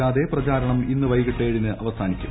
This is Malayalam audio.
ഇല്ലാതെ പ്രചാരണം ഇന്ന് ക്ര്വെകിട്ട് ഏഴിന് അവസാനിക്കും